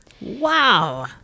Wow